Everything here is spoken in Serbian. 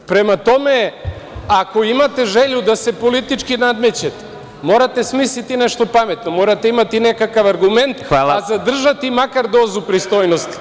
Prema tome, ako imate želju da se politički nadmećete, morate smisliti nešto pametno, morate imati nekakav argument, a zadržati makar dozu pristojnosti.